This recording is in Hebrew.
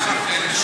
יש,